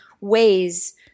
ways